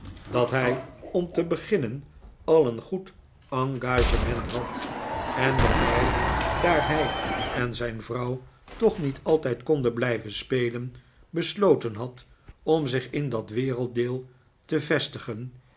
dat hij om te beginnen al een goed engagement had en dat hij daar hij en zijn vrouw toch niet altijd konden blijven spelen besloten had om zich in dat werelddeel te vestigen